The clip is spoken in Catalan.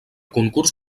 concurs